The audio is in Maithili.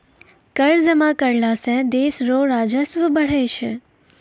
कर जमा करला सं देस रो राजस्व बढ़ै छै